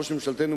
ראש ממשלתנו,